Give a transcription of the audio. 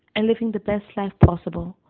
and living the best life possible,